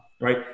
right